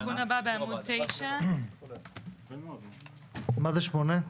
התיקון הבא בעמוד 9. מה זה 8?